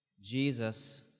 Jesus